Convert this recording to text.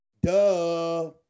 Duh